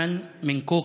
כאוכב,